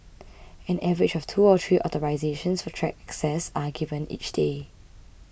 an average of two or three authorisations for track access are given each day